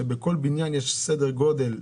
שבכל בניין יש סדר גודל,